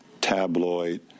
tabloid